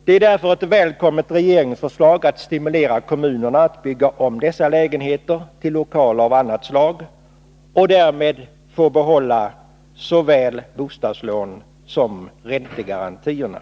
Det är därför ett välkommet regeringsförslag att stimulera kommunerna att bygga om dessa lägenheter till lokaler av annat slag. Därmed får de behålla såväl bostadslån som räntegarantierna.